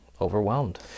overwhelmed